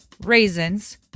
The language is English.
raisins